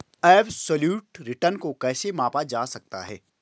Absolute return को कैसे मापा जा सकता है?